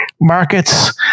Markets